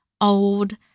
old